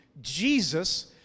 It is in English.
Jesus